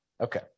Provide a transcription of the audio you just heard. Okay